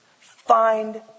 find